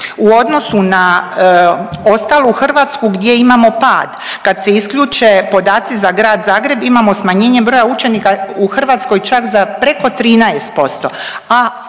U odnosu na ostalu Hrvatsku gdje imamo pad, kad se isključe podaci za Grad Zagreb imamo smanjenje broja učenika u Hrvatskoj čak za preko 13%,